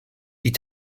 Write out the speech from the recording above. die